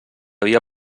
havia